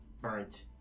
burnt